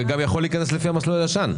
הוא גם יכול להיכנס לפי המסלול הישן.